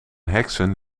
heksen